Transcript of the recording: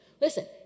Listen